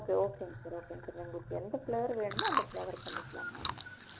okay ஓகேங்க sir ஓகேங்க sir உங்களுக்கு எந்த பிளேவர் வேணுமோ அந்த பிளேவர் பண்ணிக்கலாங்க